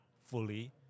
fully